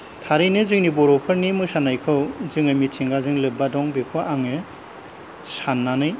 थारैनो जोंनि बर'फोरनि मोसानायखौ जोङो मिथिंगाजों लोब्बा दं बेखौ आङो सान्नानै